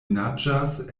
naĝas